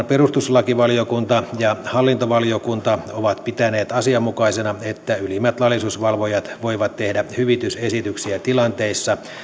perustuslakivaliokunta ja hallintovaliokunta ovat pitäneet asianmukaisena että ylimmät laillisuusvalvojat voivat tehdä hyvitysesityksiä tilanteissa